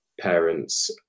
parents